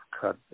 cut